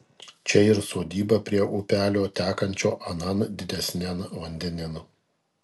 čia ir sodyba prie upelio tekančio anan didesnian vandenin